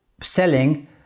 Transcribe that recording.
selling